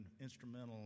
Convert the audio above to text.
instrumental